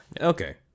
Okay